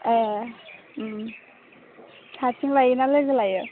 ए उम हारसिं लायोना लोगो लायो